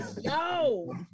yo